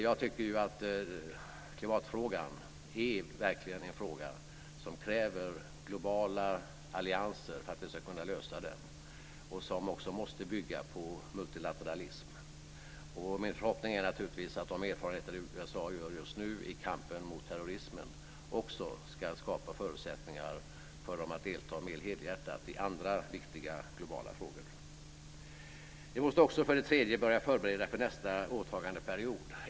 Jag tycker ju att klimatfrågan verkligen är en fråga som kräver globala allianser för att vi ska kunna lösa den, allianser som också måste bygga på multilateralism, och min förhoppning är naturligtvis att de erfarenheter USA gör just nu i kampen mot terrorismen också ska skapa förutsättningar för landet att delta mer helhjärtat i andra viktiga globala frågor. Vi måste också börja förbereda för nästa åtagandeperiod.